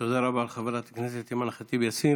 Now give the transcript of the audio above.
תודה רבה לחברת הכנסת אימאן ח'טיב יאסין.